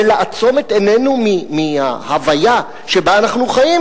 ולעצום את עיננו להוויה שבה אנחנו חיים,